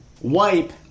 wipe